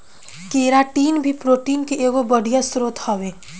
keratin भी protein के एगो बढ़िया स्रोत हवे